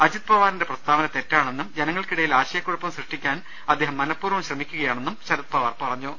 അജിത് പവാറിന്റെ പ്രസ്താവന തെറ്റാണെന്നും ജന ങ്ങൾക്കിടയിൽ ആശയക്കുഴപ്പം സൃഷ്ടിക്കാൻ അദ്ദേഹം മനഃപൂർവ്വം ശ്രമി ക്കുകയാണെന്നും ശരത്പവാർ പറഞ്ഞു